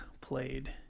played